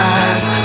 eyes